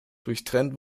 durchtrennt